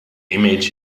image